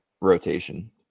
rotation